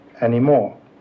anymore